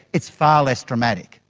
it's far less dramatic.